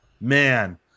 Man